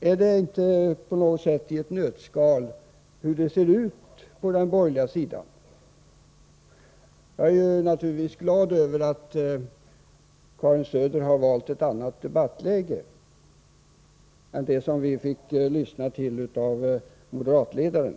Är det inte på något sätt i ett nötskal hur det ser ut på den borgerliga sidan? Jag är naturligtvis glad över att Karin Söder har valt ett annat tonläge i debatten än det vi fick lyssna på hos moderatledaren.